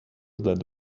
that